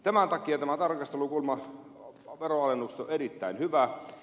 tämän takia tämä tarkastelukulma veronalennuksesta on erittäin hyvä